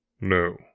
No